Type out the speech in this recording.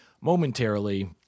momentarily